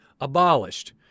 abolished